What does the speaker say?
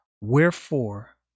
Wherefore